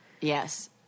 Yes